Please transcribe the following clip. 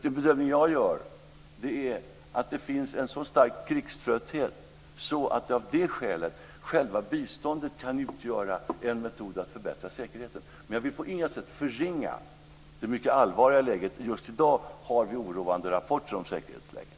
Den bedömning som jag gör är att det finns en så stark krigströtthet att själva biståndet av det skälet kan utgöra en metod att förbättra säkerheten. Men jag vill på inga sätt förringa det mycket allvarliga läget. Just i dag har vi oroande rapporter om säkerhetsläget.